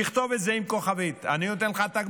תכתוב את זה עם כוכבית: אני נותן לך תגמול,